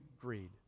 greed